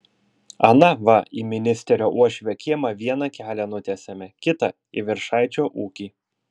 ana va į ministerio uošvio kiemą vieną kelią nutiesėme kitą į viršaičio ūkį